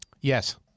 Yes